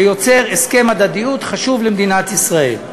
זה יוצר הסכם הדדיות חשוב למדינת ישראל.